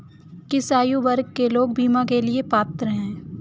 किस आयु वर्ग के लोग बीमा के लिए पात्र हैं?